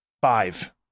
Five